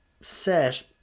set